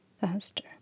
Faster